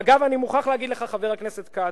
ואגב, אני מוכרח להגיד לך, חבר הכנסת כץ,